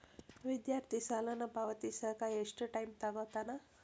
ವಿದ್ಯಾರ್ಥಿ ಸಾಲನ ಪಾವತಿಸಕ ಎಷ್ಟು ಟೈಮ್ ತೊಗೋತನ